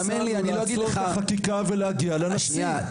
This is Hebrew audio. אנחנו הצענו לעצור את החקיקה ולהגיע אל הנשיא,